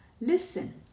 listen